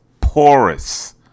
porous